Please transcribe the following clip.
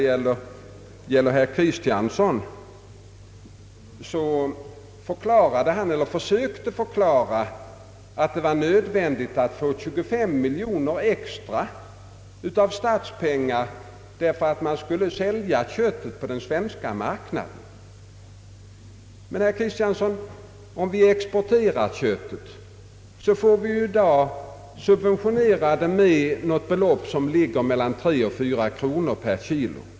Herr Kristiansson försökte förklara att det var nödvändigt att få 25 miljoner kronor extra av statsmedel därför att man skulle sälja köttet på den svenska marknaden. Men, herr Kristiansson, om vi exporterar köttet, så får vi ju i dag subventionera det med mellan tre och fyra kronor per kilo.